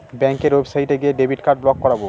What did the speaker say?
ব্যাঙ্কের ওয়েবসাইটে গিয়ে ডেবিট কার্ড ব্লক করাবো